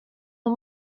och